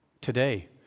today